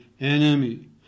enemy